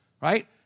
Right